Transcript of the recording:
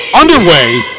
underway